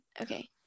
Okay